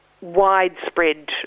widespread